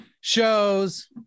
Shows